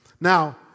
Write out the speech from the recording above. Now